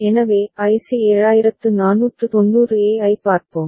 எனவே IC 7490 A ஐப் பார்ப்போம்